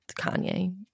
Kanye